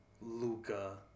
Luca